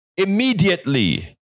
Immediately